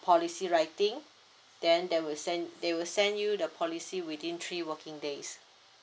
policy writing then they will send they will send you the policy within three working days